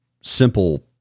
simple